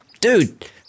Dude